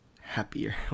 happier